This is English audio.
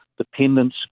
dependence